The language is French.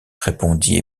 répondit